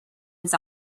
his